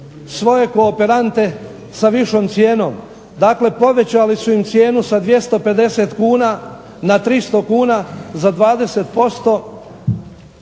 svoje kooperante sa višom cijenom, dakle povećali su im cijenu sa 250 kuna na 300 kuna za 20%,